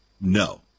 No